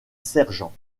sergent